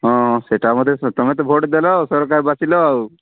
ହଁ ସେଇଟା ମଧ୍ୟ ସତ ତମେ ତ ଭୋଟ୍ ଦେଲ ଆଉ ସରକାର ବାଛିଲ ଆଉ